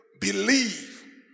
believe